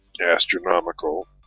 astronomical